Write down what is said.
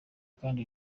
kandi